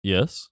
Yes